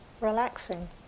relaxing